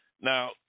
Now